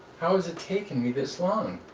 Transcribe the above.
how is it taking me this long?